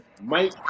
Mike